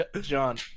John